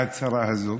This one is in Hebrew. ההצהרה הזאת?